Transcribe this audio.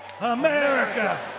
America